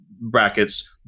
brackets